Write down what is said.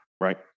right